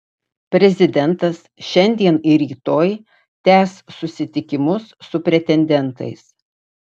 prezidentas šiandien ir rytoj tęs susitikimus su pretendentais